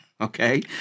okay